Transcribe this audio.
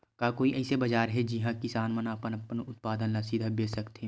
का कोई अइसे बाजार हे जिहां किसान मन अपन उत्पादन ला सीधा बेच सकथे?